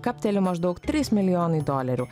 kapteli maždaug trys milijonai dolerių